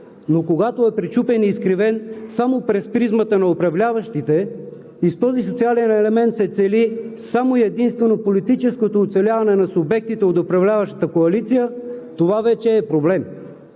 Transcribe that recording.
но когато е пречупен и изкривен само през призмата на управляващите и с този социален елемент се цели само и единствено политическото оцеляване на субектите от управляващата коалиция, това вече е проблем.